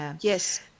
yes